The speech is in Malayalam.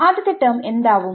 ആദ്യത്തെ ടെർമ് എന്താവും